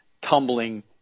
tumbling